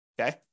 Okay